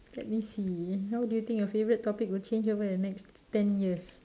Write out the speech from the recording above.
let me see how do you think your favorite topic will change over the next ten years